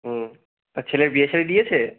হুম তা ছেলের বিয়ে শাদী দিয়েছে